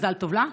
מזל טוב לה.